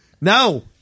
no